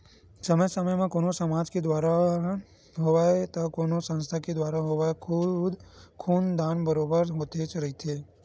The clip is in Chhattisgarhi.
समे समे म कोनो समाज के दुवारा होवय ते कोनो संस्था के दुवारा होवय खून दान बरोबर होतेच रहिथे